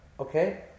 Okay